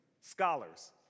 scholars